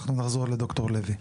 אנחנו נחזור לד"ר לוי.